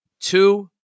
two